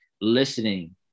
listening